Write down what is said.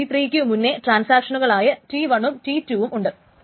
ഈ T3 ക്കു മുന്നേ ട്രാൻസാക്ഷനുകളായ T 1 ഉം T2 ഉം ഉണ്ട്